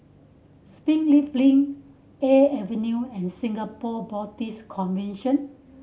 Springleaf Link Air Avenue and Singapore Baptist Convention